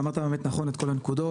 אמרת באמת נכון את כל הנקודות,